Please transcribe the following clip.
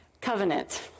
Covenant